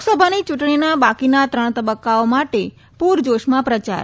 લોકસભાની ચૂંટણીના બાકીના ત્રણ તબક્કાઓ માટે પુરજોશમાં પ્રચાર